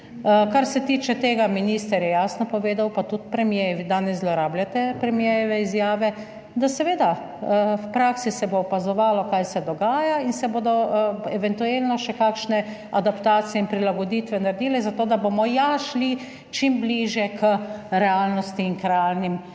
kar se tiče tega, minister je jasno povedal, pa tudi premier, vi danes zlorabljate premierjeve izjave, da seveda v praksi se bo opazovalo, kaj se dogaja in se bodo eventualno še kakšne adaptacije in prilagoditve naredile zato, da bomo ja šli čim bližje k realnosti in k realnim